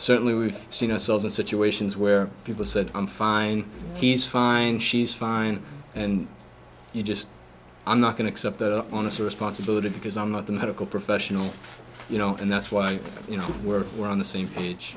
certainly we've seen ourselves in situations where people said i'm fine he's fine she's fine and you just i'm not going to accept the onus of responsibility because i'm not the medical professional you know and that's why you know we're we're on the same page